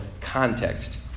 context